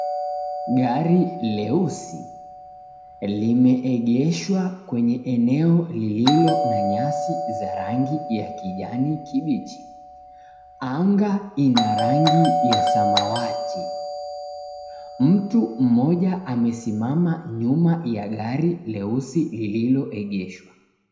Gari leusi limeegeshwa kwenye eneo lililo na nyasi za rangi ya kijani kibichi. Anga ina rangi ya samawati. Mtu mmoja amesimama nyuma ya gari leusi lililoegeshwa.